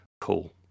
cool